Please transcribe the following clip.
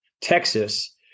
Texas